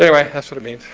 i sort of mean.